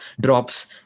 drops